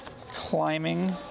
climbing